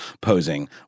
posing